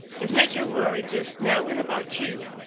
his major worry just now is about you.